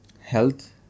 Health